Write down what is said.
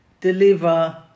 deliver